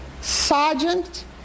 sergeant